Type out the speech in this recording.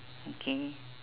okay